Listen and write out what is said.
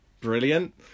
Brilliant